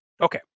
okay